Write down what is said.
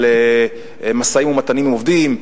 על משאים-ומתנים עם עובדים,